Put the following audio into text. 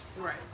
Right